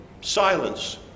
silence